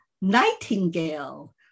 Nightingale